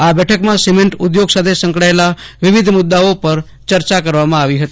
આ બેઠકમાં સિમેન્ટ ઉધોગ સાથે સકડાયેલા વિવિધ મુદદાઓ પર ચર્ચા કરવામાં આવી હતો